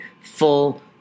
full